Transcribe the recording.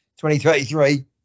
2033